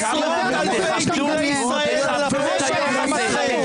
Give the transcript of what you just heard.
עשרות אלפי דגלי ישראל ------ תכבדו את היום הזה.